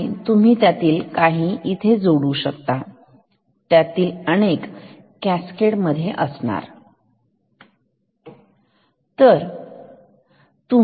आणि तुम्ही त्यातील काही इथे जोडू शकता त्यातील अनेक कास्केड मध्ये असणार